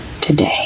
today